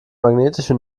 magnetische